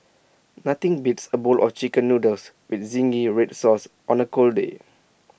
nothing beats A bowl of Chicken Noodles with Zingy Red Sauce on A cold day